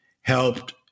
helped